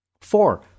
Four